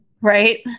Right